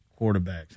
Quarterbacks